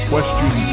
Question